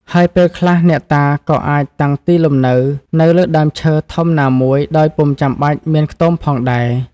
ហើយពេលខ្លះ អ្នកតាក៏អាចតាំងទីលំនៅនៅ លើដើមឈើធំណាមួយដោយពុំចាំបាច់មានខ្ទមផងដែរ។